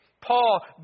Paul